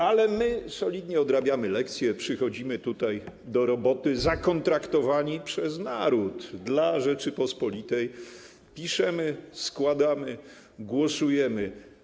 Ale my solidnie odrabiamy lekcje, przychodzimy tutaj do roboty, zakontraktowani przez naród dla Rzeczypospolitej, piszemy, składamy, głosujemy.